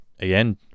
again